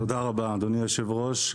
תודה רבה, אדוני היושב-ראש,